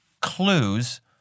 clues